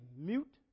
mute